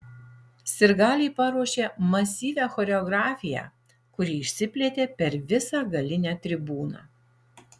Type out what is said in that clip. sirgaliai paruošė masyvią choreografiją kuri išsiplėtė per visą galinę tribūną